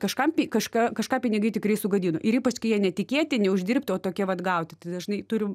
kažkam pi kažka kažką pinigai tikrai sugadino ir ypač kai jie netikėti neuždirbti o tokie vat gauti tai dažnai turim